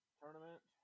tournament